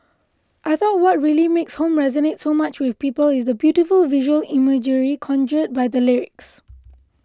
I thought what really makes Home resonate so much with people is the beautiful visual imagery conjured by the lyrics